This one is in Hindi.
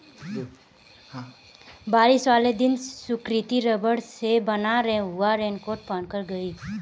बारिश वाले दिन सुकृति रबड़ से बना हुआ रेनकोट पहनकर गई